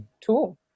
tool